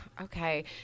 okay